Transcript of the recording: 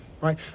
right